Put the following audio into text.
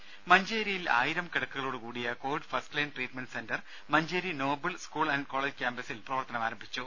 രുദ മഞ്ചേരിയിൽ ആയിരം കിടക്കകളോട് കൂടിയ Covid first line treatment centre Manjeri Noble school and college ക്യാമ്പസിൽ പ്രവർത്തനം ആരംഭിച്ചു